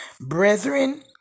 Brethren